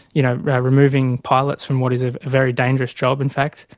you know removing pilots from what is a very dangerous job in fact.